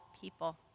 people